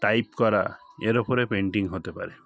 type করা এর উপরে পেন্টিং হতে পারে